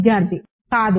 విద్యార్థి కాదు